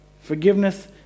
Forgiveness